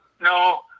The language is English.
no